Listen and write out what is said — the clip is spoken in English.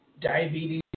diabetes